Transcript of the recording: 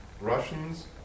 Russians